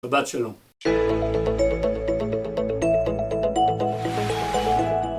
שבת שלום